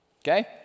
Okay